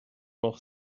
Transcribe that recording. noch